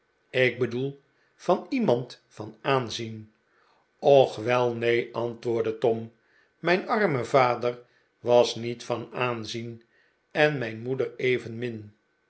ik bedoel van iemand van aanzien och wel neen antwoordde tom mijn arme vader was niet van aanzien en mijn moeder evenmin